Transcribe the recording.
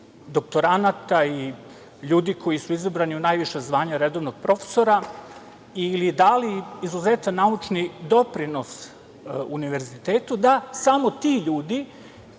doktoranata i ljudi koji su izabrani u najviša zvanja redovnog profesora ili dali izuzetan naučni doprinos univerzitetu, da samo ti ljudi